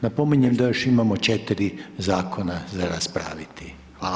Napominjem da još imamo 4 Zakona za raspraviti, hvala